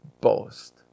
boast